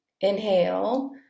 Inhale